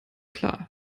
klar